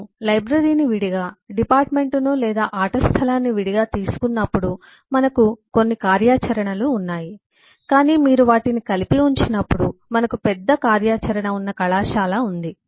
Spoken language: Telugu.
మనము లైబ్రరీని విడిగా డిపార్టుమెంటును లేదా ఆట స్థలాన్ని విడిగా తీసుకున్నప్పుడు మనకు కొన్ని కార్యాచరణలు ఉన్నాయి కానీ మీరు వాటిని కలిపి ఉంచినప్పుడు మనకు పెద్ద కార్యాచరణ ఉన్న కళాశాల ఉంది